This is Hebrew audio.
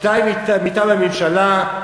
שתיים מטעם הממשלה,